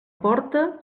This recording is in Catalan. porta